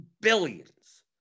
Billions